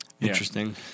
Interesting